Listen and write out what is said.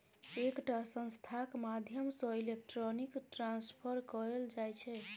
एकटा संस्थाक माध्यमसँ इलेक्ट्रॉनिक ट्रांसफर कएल जाइ छै